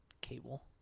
cable